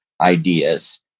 ideas